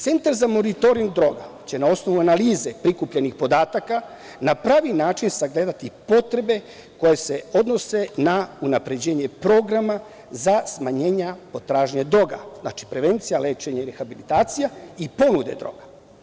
Centar za monitoring droga će na osnovu analize prikupljenih podataka na pravi način sagledati potrebe koje se odnose na unapređenje programa za smanjenje potražnje droga, znači prevencija, lečenje i rehabilitacija i ponude droga.